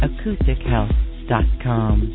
AcousticHealth.com